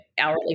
hourly